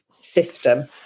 system